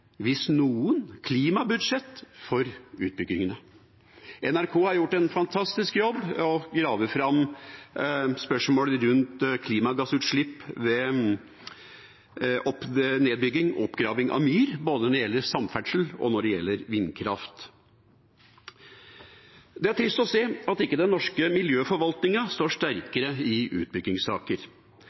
hvis noen, klimabudsjett for utbyggingene. NRK har gjort en fantastisk jobb med å grave fram spørsmål rundt klimagassutslipp ved nedbygging og oppgraving av myr både når det gjelder samferdsel, og når det gjelder vindkraft. Det er trist å se at ikke den norske miljøforvaltningen står sterkere i utbyggingssaker.